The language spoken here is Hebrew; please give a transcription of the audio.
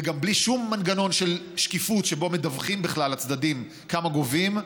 וגם בלי שום מנגנון של שקיפות שבו מדווחים בכלל לצדדים כמה גובים,